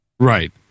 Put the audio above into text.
Right